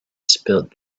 spilled